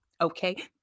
Okay